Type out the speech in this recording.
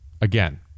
Again